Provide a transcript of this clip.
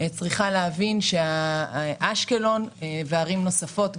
צריכה להבין שאשקלון וערים נוספות,